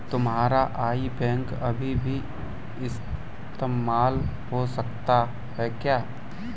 तुम्हारा IBAN अभी भी इस्तेमाल हो सकता है क्या?